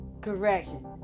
Correction